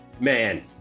man